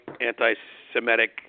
anti-Semitic